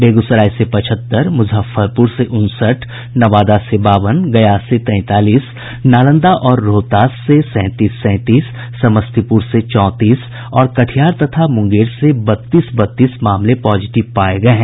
बेगूसराय से पचहत्तर मुजफ्फरपुर से उनसठ नवादा से बावन गया से तैंतालीस नालंदा और रोहतास सैंतीस सैंतीस समस्तीपुर से चौंतीस और कटिहार तथा मुंगेर से बत्तीस बत्तीस मामले पॉजिटिव पाये गये हैं